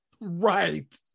Right